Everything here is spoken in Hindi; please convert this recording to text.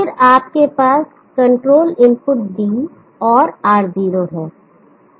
फिर आपके पास कंट्रोल इनपुट D और R0 है